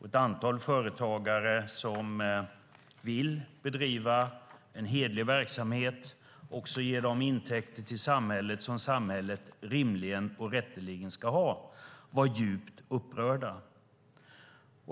Ett antal företagare som vill bedriva en hederlig verksamhet, som också ger de intäkter till samhället som samhället rimligen och rätteligen ska ha, var djupt upprörda.